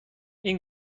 این